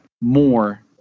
more